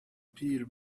پیر